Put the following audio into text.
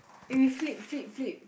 eh flip flip flip